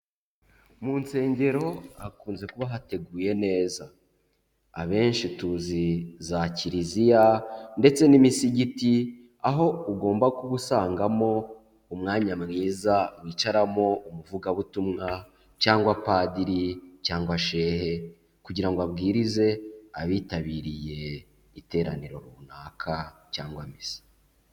Mu nsengero hakunze kuba hateguye neza. Abenshi tuzi za kiliziya, ndetse n'imisigiti, aho ugomba kuba usangamo umwanya mwiza wicaramo, umuvugabutumwa, cyangwa padiri, cyangwa shehe, kugira ngo abwirize abitabiriye iteraniro runaka, cyangwa misa.